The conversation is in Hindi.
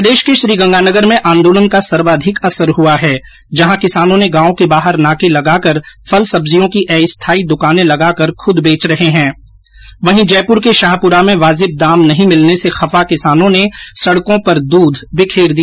राजस्थान के गंगानगर में आंदोलन का सर्वाधिक असर हुआ है जहां किसानों ने गांव के बाहर नाके लगाकर फल सब्जियों की अस्थायी दुकानें लगाकर खुद बेच रहे हैं वहीं जयपुर के शाहपुरा में वाजिब दाम नहीं मिलने से खफा किसानों ने सड़कों पर दूध बिखेर दिया